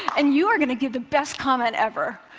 and you are going to give the best comment ever.